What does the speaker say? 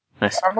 Nice